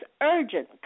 urgent